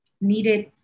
needed